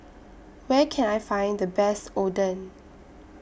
Where Can I Find The Best Oden